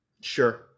Sure